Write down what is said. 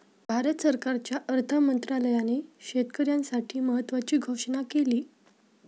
भारत सरकारच्या अर्थ मंत्रालयाने शेतकऱ्यांसाठी महत्त्वाची घोषणा केली